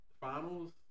finals